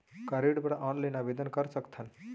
का ऋण बर ऑनलाइन आवेदन कर सकथन?